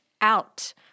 out